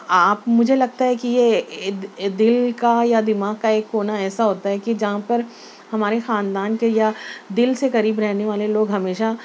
آپ مجھے لگتا ہے کہ یہ دل کا یا دماغ کا ایک کونا ایسا ہوتا ہے کہ جہاں پر ہمارے خاندان کے یا دل سے قریب رہنے والے لوگ ہمیشہ